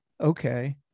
okay